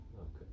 Okay